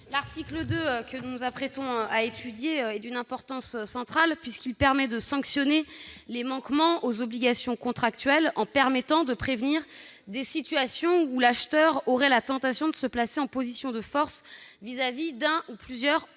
L'article 2, que nous nous apprêtons à étudier, est d'une importance centrale, puisqu'il permet de sanctionner les manquements aux obligations contractuelles, par la prévention des situations où l'acheteur aurait la tentation de se placer en position de force vis-à-vis d'un ou de plusieurs producteurs.